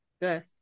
Good